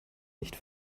nicht